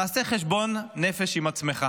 אותה עצה טובה: תעשה חשבון נפש עם עצמך.